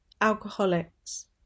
Alcoholics